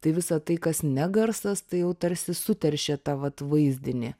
tai visa tai kas ne garsas tai jau tarsi suteršia tą vat vaizdinį